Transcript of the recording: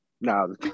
No